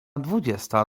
dwudziesta